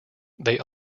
they